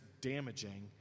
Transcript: damaging